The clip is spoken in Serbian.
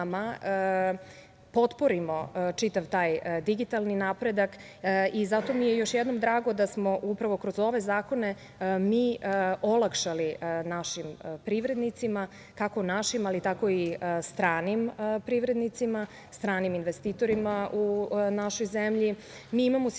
potporimo čitav taj digitalni napredak i zato mi je još jednom drago da smo upravo kroz ove zakone mi olakšali našim privrednicima, kako našim, ali tako i stranim privrednicima, stranim investitorima u našoj zemlji. Mi imamo situaciju